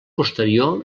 posterior